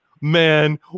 man